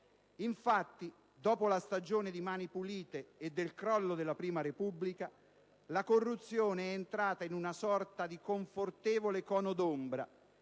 Infatti, dopo la stagione di Mani Pulite e del crollo della prima Repubblica, la corruzione è entrata in una sorta di confortevole cono d'ombra